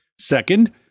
Second